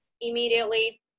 immediately